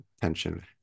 tension